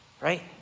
right